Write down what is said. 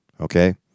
okay